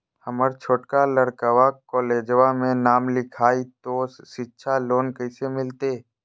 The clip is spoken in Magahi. हमर छोटका लड़कवा कोलेजवा मे नाम लिखाई, तो सिच्छा लोन कैसे मिलते?